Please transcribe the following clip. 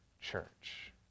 church